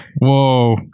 Whoa